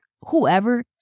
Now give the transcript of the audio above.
whoever